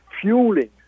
fueling